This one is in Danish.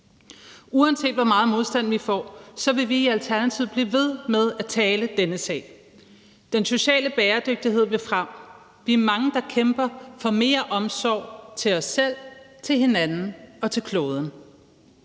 Uanset hvor meget modstand vi får, vil vi i Alternativet blive ved med at tale denne sag. Den sociale bæredygtighed vil frem. Vi er mange, der kæmper for mere omsorg til os selv, til hinanden og til kloden.